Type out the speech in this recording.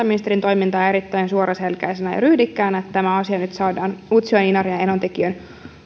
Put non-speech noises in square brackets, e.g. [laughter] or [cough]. [unintelligible] ministerin toimintaa erittäin suoraselkäisenä ja ryhdikkäänä sitä että tämä asia nyt saadaan utsjoen inarin ja enontekiön